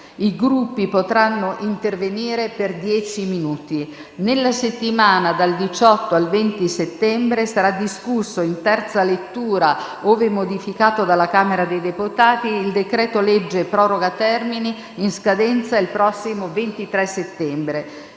I Gruppi potranno intervenire per dieci minuti. Nella settimana dal 18 al 20 settembre sarà discusso in terza lettura, ove modificato dalla Camera dei deputati, il decreto-legge proroga termini, in scadenza il prossimo 23 settembre.